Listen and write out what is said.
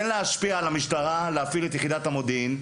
להשפיע על המשטרה להפעיל את יחידת המודיעין.